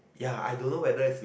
ya I don't know whether is